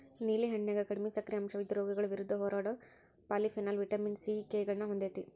ನೇಲಿ ಹಣ್ಣಿನ್ಯಾಗ ಕಡಿಮಿ ಸಕ್ಕರಿ ಅಂಶವಿದ್ದು, ರೋಗಗಳ ವಿರುದ್ಧ ಹೋರಾಡೋ ಪಾಲಿಫೆನಾಲ್, ವಿಟಮಿನ್ ಸಿ, ಕೆ ಗಳನ್ನ ಹೊಂದೇತಿ